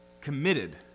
committed